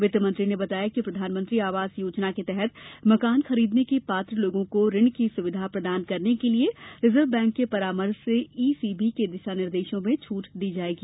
वित्तमंत्री ने बताया कि प्रधानमंत्री आवास योजना के तहत मकान खरीदने के पात्र लोगों को ऋण की सुविधा प्रदान करने के लिए रिजर्व बैंक के परामर्श से ईसीबी के दिशानिर्देशों में छूट दी जाएगी